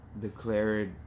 declared